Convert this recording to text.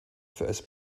first